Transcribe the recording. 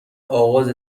اغاز